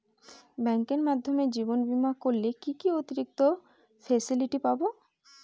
ব্যাংকের মাধ্যমে জীবন বীমা করলে কি কি অতিরিক্ত ফেসিলিটি পাব?